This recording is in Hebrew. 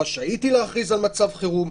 רשאית היא להכריז על מצב חירום,